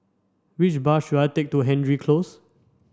which bus should I take to Hendry Close